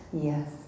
Yes